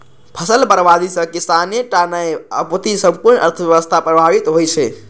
फसल बर्बादी सं किसाने टा नहि, अपितु संपूर्ण अर्थव्यवस्था प्रभावित होइ छै